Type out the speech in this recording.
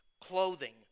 clothing